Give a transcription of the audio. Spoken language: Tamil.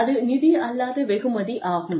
அது நிதி அல்லாத வெகுமதி ஆகும்